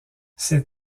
ces